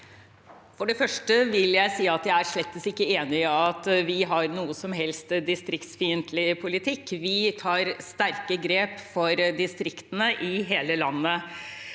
For det første vil jeg si at jeg er slett ikke enig i at vi har noe som helst distriktsfiendtlig politikk. Vi tar sterke grep for distriktene i hele landet.